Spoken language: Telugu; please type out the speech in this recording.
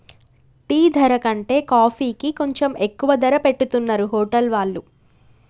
టీ ధర కంటే కాఫీకి కొంచెం ఎక్కువ ధర పెట్టుతున్నరు హోటల్ వాళ్ళు